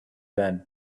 been